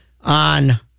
on